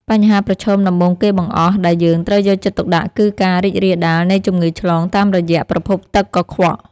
បញ្ហាប្រឈមដំបូងគេបង្អស់ដែលយើងត្រូវយកចិត្តទុកដាក់គឺការរីករាលដាលនៃជំងឺឆ្លងតាមរយៈប្រភពទឹកកខ្វក់។